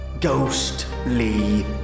Ghostly